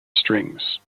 strings